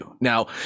Now